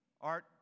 art